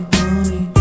money